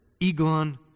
Eglon